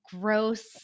gross